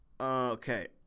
Okay